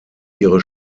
ihre